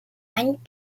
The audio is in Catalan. any